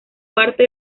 parte